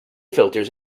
filters